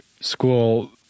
school